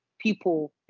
people